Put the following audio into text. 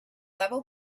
level